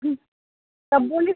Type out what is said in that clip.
হুম তা বলিস